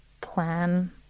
plan